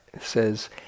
says